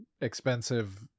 expensive